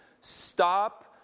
stop